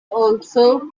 also